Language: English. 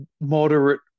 moderate